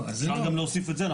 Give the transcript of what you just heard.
אפשר גם להוסיף את זה.